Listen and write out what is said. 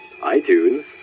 iTunes